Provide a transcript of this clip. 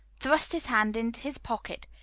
thrust his hand into his pocket,